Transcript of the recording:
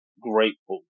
grateful